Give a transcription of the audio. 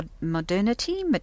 modernity